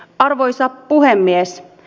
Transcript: arvoisa puhemies